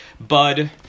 Bud